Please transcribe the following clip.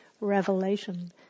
revelation